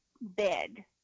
bed